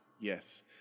Yes